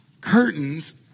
curtains